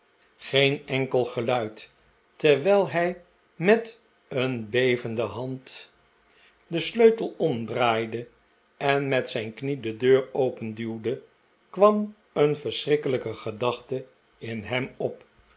geen enkel geluid terwijl hij met een bevende hand den maarten chuzzlewit sleutel omdraaide en met zijn knie de deur openduwde kwam een vreeselijke gedachte in hem op